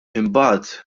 imbagħad